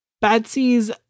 Betsy's